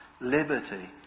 liberty